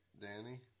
Danny